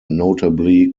notably